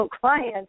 clients